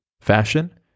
fashion